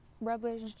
rubbish